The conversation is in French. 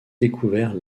découvert